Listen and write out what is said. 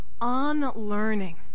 unlearning